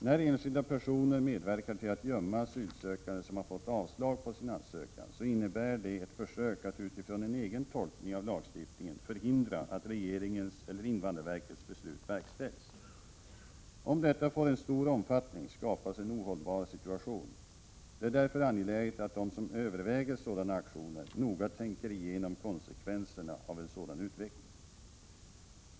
När enskilda personer medverkar till att gömma asylsökande som har fått avslag på sin ansökan, så innebär det ett försök att utifrån en egen tolkning av lagstiftningen förhindra att regeringens eller invandrarverkets beslut verkställs. Om detta får en stor omfattning skapas en ohållbar situation. Det är därför angeläget att de som överväger sådana aktioner noga tänker igenom konsekvenserna av en sådan utveckling.